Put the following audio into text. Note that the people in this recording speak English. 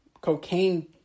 cocaine